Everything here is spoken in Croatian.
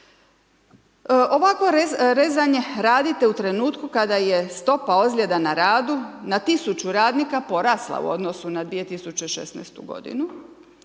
Ovakvo rezanje radite u trenutku kada je stopa ozljeda na radu na tisuću radnika porasla u odnosu na 2016. godinu.